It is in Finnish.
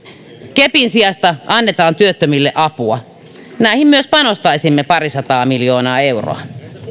kepin sijasta annetaan työttömille apua näihin myös panostaisimme parisataa miljoonaa euroa